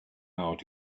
out